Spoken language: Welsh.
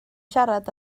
siarad